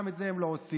גם את זה הם לא עושים.